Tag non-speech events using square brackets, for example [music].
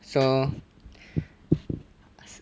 so [breath]